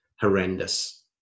horrendous